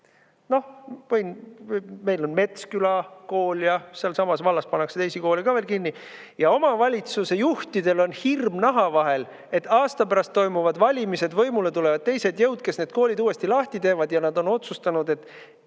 Noh, meil on Metsküla kool ja sealsamas vallas pannakse teisi koole ka veel kinni. Ja omavalitsuse juhtidel on hirm naha vahel, et aasta pärast toimuvad valimised, võimule tulevad teised jõud, kes need koolid uuesti lahti teevad, ja nad on otsustanud, et